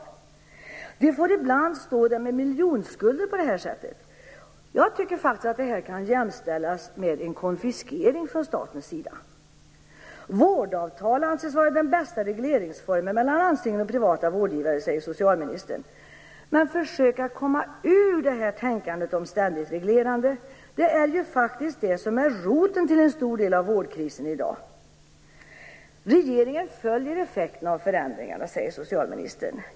På det här sättet får de ibland stå där med miljonskulder. Jag tycker faktiskt att detta kan jämställas med en konfiskering från statens sida. Vårdavtal anses vara den bästa "regleringsformen" mellan landstingen och privata vårdgivare, säger socialministern. Men försök att komma ur detta ständiga tänkande om reglering! Det är ju det som är roten till en stor del av vårdkrisen i dag. Regeringen följer effekten av förändringarna, säger socialministern.